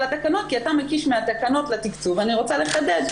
התקנות כי אתה מקיש מהתקנות לתקצוב ואני רוצה לחדד.